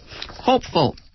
hopeful